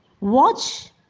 watch